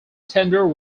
tender